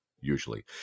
usually